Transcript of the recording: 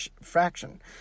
fraction